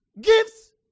Gifts